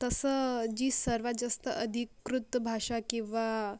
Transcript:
तसं जी सर्वात जास्त अधिकृत भाषा किंवा